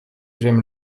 j’aime